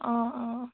অঁ অঁ